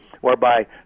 whereby